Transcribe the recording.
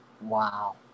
Wow